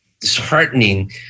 disheartening